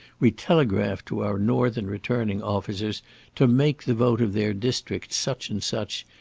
we telegraphed to our northern returning officers to make the vote of their districts such and such,